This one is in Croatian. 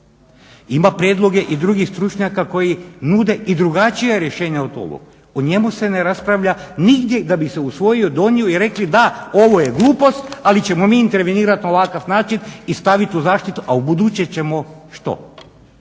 Ima prijedloga i drugih stručnjaka koji nude i drugačija rješenja od ovog. O njemu se ne raspravlja nigdje da bi se usvojio … i rekli da, ovo je glupost ali ćemo mi intervenirat na ovakav način i stavit u zaštitu, a ubuduće ćemo što,